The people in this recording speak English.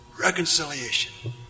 reconciliation